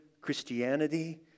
Christianity